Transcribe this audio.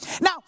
Now